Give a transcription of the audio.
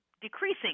decreasing